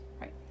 Right